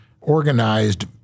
organized